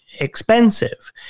expensive